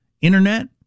Internet